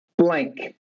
Blank